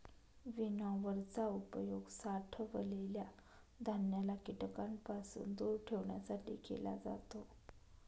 winnower चा उपयोग साठवलेल्या धान्याला कीटकांपासून दूर ठेवण्यासाठी केला जातो